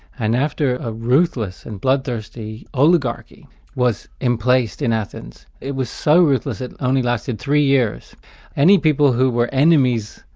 and after a ruthless and bloodthirsty oligarchy was emplaced in athens it was so ruthless it only lasted three years any people who were enemies,